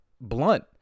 blunt